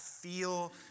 feel